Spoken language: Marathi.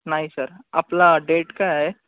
नाही सर आपला डेट काय आहे